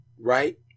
right